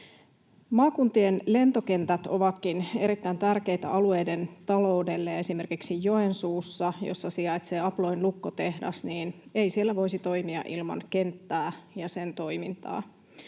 Maakuntien lentokentät ovatkin erittäin tärkeitä alueiden taloudelle. Esimerkiksi Joensuussa, jossa sijaitsee Abloyn lukkotehdas, ei voisi toimia ilman kenttää ja sen toimintaa.